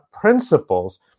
principles